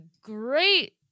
great